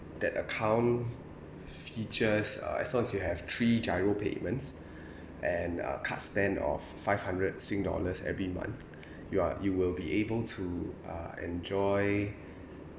that account features uh as long as you have three giro payments and uh card spend of five hundred sing dollars every month you are you will be able to uh enjoy